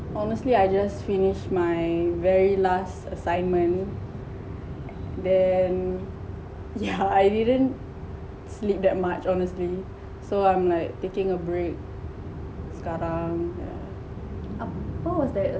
honestly I just finished my very last assignment then ya I didn't sleep that much honestly so I'm like taking a break sekarang yeah